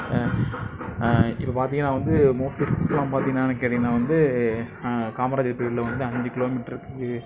இப்போ பார்த்தீங்கன்னா வந்து மோஸ்ட்லி கேட்டீங்களா வந்து காமராஜர் பிரிவில் வந்து அஞ்சு கிலோ மீட்டருக்கு